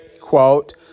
Quote